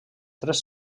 tres